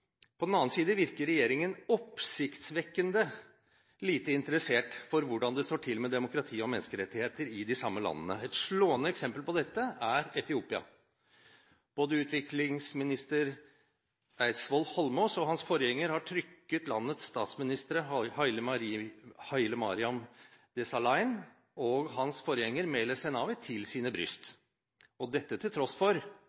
På den annen side virker regjeringen oppsiktsvekkende lite interessert i hvordan det står til med demokrati og menneskerettigheter i de samme landene. Et slående eksempel på dette er Etiopia. Både utviklingsminister Eidsvoll Holmås og hans forgjenger har trykket landets statsminister, Hailemariam Desalegn, og hans forgjenger, Meles Zenawi, til sine